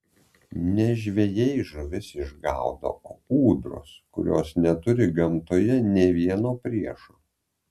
ne žvejai žuvis išgaudo o ūdros kurios neturi gamtoje nė vieno priešo